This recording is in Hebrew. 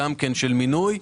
גם כן של מינוי.